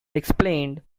explained